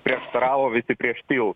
prieštaravo visi prieš tiltą